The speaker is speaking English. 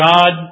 God